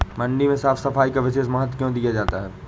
मंडी में साफ सफाई का विशेष महत्व क्यो दिया जाता है?